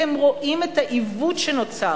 כי הם רואים את העיוות שנוצר,